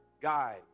Guide